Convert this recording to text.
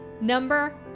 Number